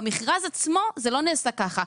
במכרז עצמו זה לא נעשה ככה.